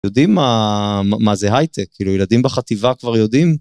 יודעים מה זה הייטק כאילו ילדים בחטיבה כבר יודעים.